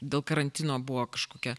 dėl karantino buvo kažkokie